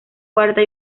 cuarta